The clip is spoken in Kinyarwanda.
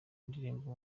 ndirimbo